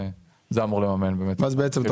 וזה אמור באמת לממן את --- אז בעצם אתה